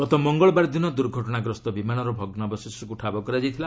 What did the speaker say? ଗତ ମଙ୍ଗଳବାର ଦିନ ଦୂର୍ଘଟଣାଗ୍ରସ୍ତ ବିମାନର ଭଗ୍ରାବଶେଷକ୍ର ଠାବ କରାଯାଇଥିଲା